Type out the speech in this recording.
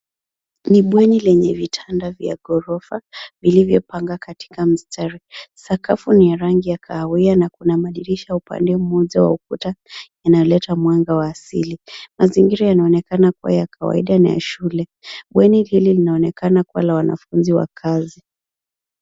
Ni bweni lenye vitanda vya ghorofa vilivyopangwa katika mistari. Sakafu ni ya rangi ya kahawia na madirisha upande mmoja wa ukuta inaleta mwanga wa asili. Mazingira yanaonekana kuwa ya kawaida na ya shule. Bweni hili linaonekana kuwa la wanafunzi waakazi.